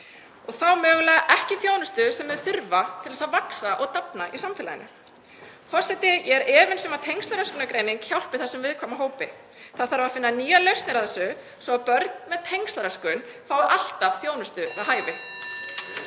og fá mögulega ekki þjónustu sem þau þurfa til að vaxa og dafna í samfélaginu. Forseti. Ég er efins um að tengslaröskunargreining hjálpi þessum viðkvæma hópi. Það þarf að finna nýjar lausnir á þessu svo börn með tengslaröskun fái alltaf þjónustu við hæfi.